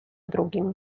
drugim